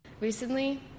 Recently